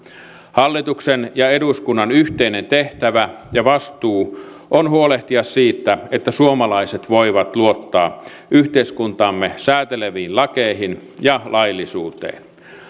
hallituksen ja eduskunnan yhteinen tehtävä ja vastuu on huolehtia siitä että suomalaiset voivat luottaa yhteiskuntaamme sääteleviin lakeihin ja laillisuuteen